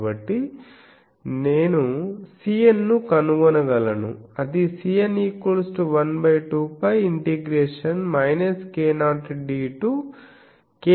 కాబట్టి నేను Cn ను కనుగొనగలను అది Cn 12πഽcosnudu